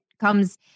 comes